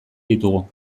ditugu